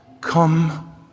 Come